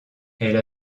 elle